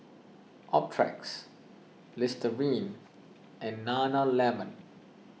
Optrex Listerine and Nana Lemon